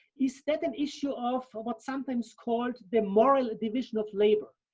is that an issue of what's sometimes called the moral division of labor?